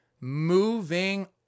moving